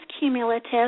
cumulative